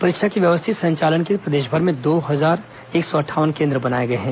परीक्षा के व्यवस्थित संचालन के लिए प्रदेशभर में दो हजार एक सौ अंठावन केंद्र बनाए गए हैं